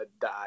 die